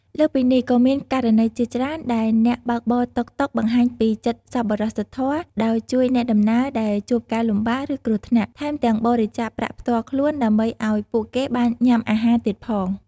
លើសពីនេះ ក៏មានករណីជាច្រើនដែលអ្នកបើកបរតុកតុកបង្ហាញពី ចិត្តសប្បុរសធម៌ ដោយជួយអ្នកដំណើរដែលជួបការលំបាក ឬគ្រោះថ្នាក់ ថែមទាំងបរិច្ចាគប្រាក់ផ្ទាល់ខ្លួនដើម្បីឱ្យពួកគេបានញ៉ាំអាហារទៀតផង។